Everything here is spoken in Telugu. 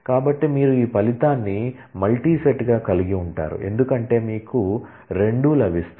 కాబట్టి మీరు ఈ ఫలితాన్ని మల్టీ సెట్గా కలిగి ఉంటారు ఎందుకంటే మీకు 2 లభిస్తుంది